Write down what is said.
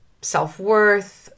self-worth